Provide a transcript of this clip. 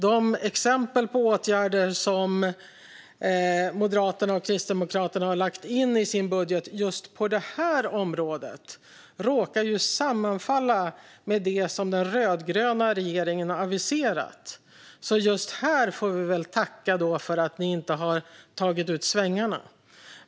De exempel på åtgärder som Moderaterna och Kristdemokraterna har lagt in i sin budget just på detta område råkar sammanfalla med det som den rödgröna regeringen har aviserat. Just här får vi väl därför tacka för att ni inte har tagit ut svängarna.